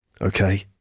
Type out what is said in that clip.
Okay